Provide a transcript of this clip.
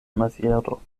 maziero